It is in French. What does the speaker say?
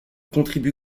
contribue